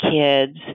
kids